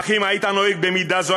אך אם היית נוהג במידה זו,